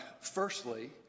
Firstly